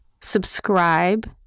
subscribe